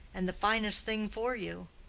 and the finest thing for you.